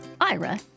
Ira